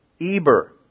Eber